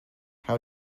how